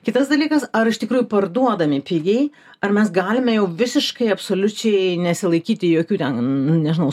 kitas dalykas ar iš tikrųjų parduodami pigiai ar mes galime jau visiškai absoliučiai nesilaikyti jokių ten nu nežinau